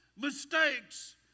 mistakes